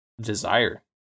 desire